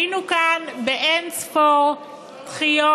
היינו כאן באין-ספור דחיות,